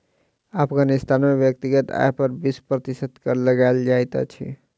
अफ़ग़ानिस्तान में व्यक्तिगत आय पर बीस प्रतिशत कर लगायल जाइत अछि